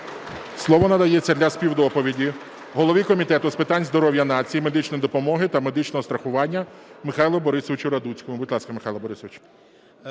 Слово надається для співдоповіді голові Комітету з питань здоров'я нації, медичної допомоги та медичного страхування Михайлу Борисовичу Радуцькому.